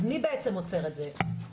מי עוצר את זה?